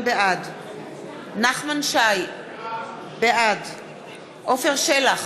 בעד נחמן שי, בעד עפר שלח,